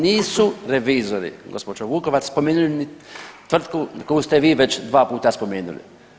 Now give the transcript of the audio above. Nisu revizori gospođo Vukovac spomenuli tvrtku koju ste vi već dva puta spomenuli.